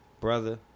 brother